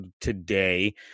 today